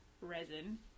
resin